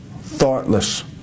thoughtless